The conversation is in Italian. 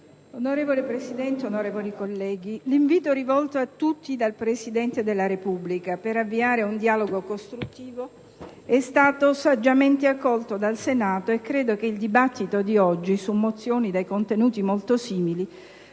Signor Presidente, onorevoli colleghi, l'invito rivolto a tutti dal Presidente della Repubblica per avviare un dialogo costruttivo è stato saggiamente accolto dal Senato, e credo che il dibattito di oggi su mozioni dai contenuti molto simili